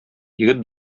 егет